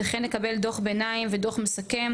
וכן לקבל דוח ביניים ודוח מסכם.